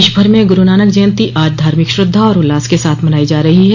देश भर में गुरूनानक जयती आज धार्मिक श्रद्धा और उल्लास के साथ मनायी जा रही है